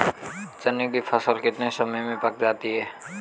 चने की फसल कितने समय में पक जाती है?